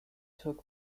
took